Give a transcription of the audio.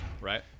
right